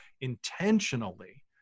intentionally